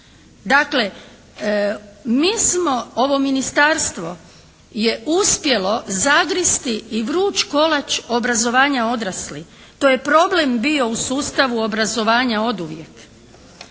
Dakle mi smo, ovo Ministarstvo je uspjelo zagristi i vruč kolač obrazovanja odraslih. To je problem bio u sustavu obrazovanja oduvijek.